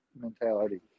mentality